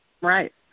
Right